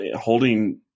Holding –